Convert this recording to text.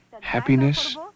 happiness